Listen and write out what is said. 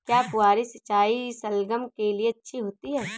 क्या फुहारी सिंचाई शलगम के लिए अच्छी होती है?